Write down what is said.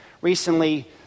recently